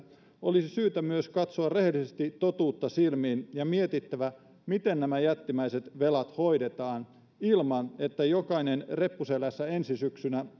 olisi syytä myös katsoa rehellisesti totuutta silmiin ja mietittävä miten nämä jättimäiset velat hoidetaan ilman että jokainen reppu selässä ensi syksynä